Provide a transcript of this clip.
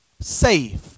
safe